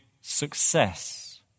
success